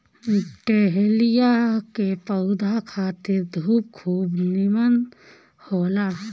dahlia के पौधा खातिर धूप खूब निमन होला